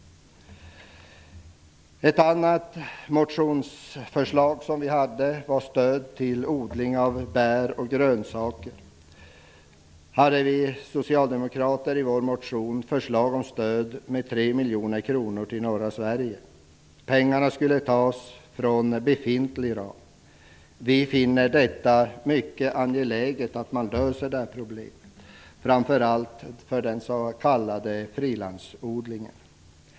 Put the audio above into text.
Ett annat motionsförslag från oss gällde stöd till odling av bär och grönsaker. Vi socialdemokrater hade i vår motion förslag om stöd med 3 miljoner kronor till norra Sverige. Pengarna skulle tas från befintlig ram. Vi finner det mycket angeläget att frågan löses för framför allt den s.k. frilandsodlingen.